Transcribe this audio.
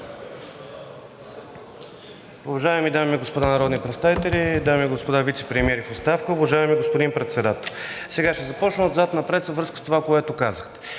Уважаеми дами и господа народни представители, дами и господа вицепремиери в оставка, уважаеми господин Председател! Ще започна отзад напред във връзка с това, което казахте.